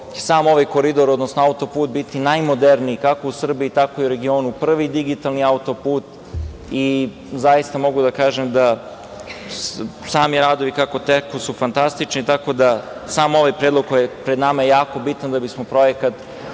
sam ovaj koridor, odnosno auto-put, biti najmoderniji, kako u Srbiji, tako i u regionu, prvi digitalni auto-put i zaista mogu da kažem da sami radovi kako teku su fantastični, tako da sam ovaj predlog koji je pred nama je jako bitan da bismo projekat